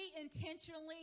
intentionally